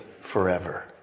forever